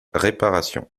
réparations